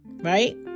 right